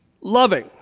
loving